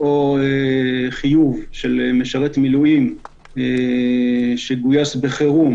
או חיוב של משרת מילואים שגויס בחירום